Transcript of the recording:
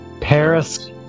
Paris